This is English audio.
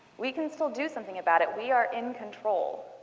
we can still do something about it, we are in control.